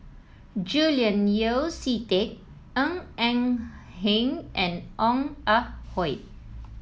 Julian Yeo See Teck Ng Eng Hen and Ong Ah Hoi